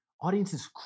Audiences